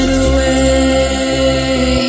away